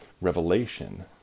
Revelation